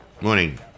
morning